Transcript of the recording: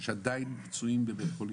יש עדיין פצועים בבתי החולים,